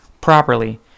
properly